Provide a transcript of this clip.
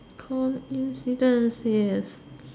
coincidence yes